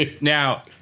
Now